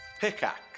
Pickaxe